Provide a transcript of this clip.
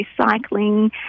recycling